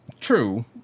true